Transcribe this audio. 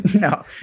No